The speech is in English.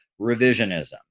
revisionism